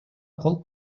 кол